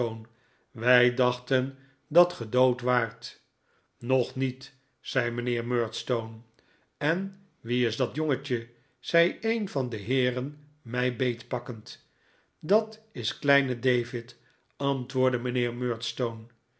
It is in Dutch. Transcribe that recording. wij dachten dat ge dood waart nog niet zei mijnheer murdstone en wie is dat jongetje zei een van de heeren mij beetpakkend dat is kleine david antwoordde mijnheer